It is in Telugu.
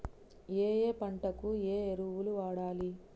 ఏయే పంటకు ఏ ఎరువులు వాడాలి?